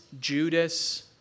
Judas